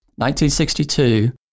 1962